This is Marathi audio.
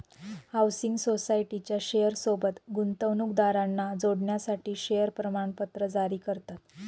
हाउसिंग सोसायटीच्या शेयर सोबत गुंतवणूकदारांना जोडण्यासाठी शेअर प्रमाणपत्र जारी करतात